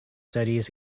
studies